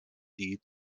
die